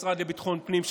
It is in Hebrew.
למשרד לביטחון פנים.